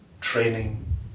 training